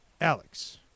Alex